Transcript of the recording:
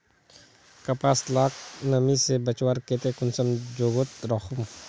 कपास लाक नमी से बचवार केते कुंसम जोगोत राखुम?